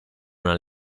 una